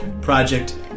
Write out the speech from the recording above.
project